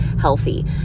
healthy